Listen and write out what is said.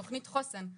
תוכנית חוסן,